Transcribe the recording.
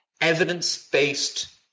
evidence-based